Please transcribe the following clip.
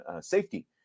safety